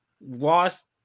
lost